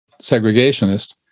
segregationist